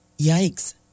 Yikes